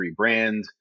rebrand